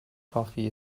coffee